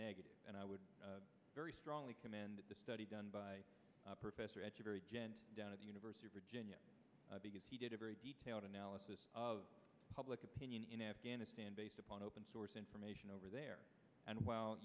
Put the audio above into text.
negative and i would very strongly command the study done by a professor at u very gentle down at the university of virginia because he did a very detailed analysis of public opinion in afghanistan based upon open source information over there and w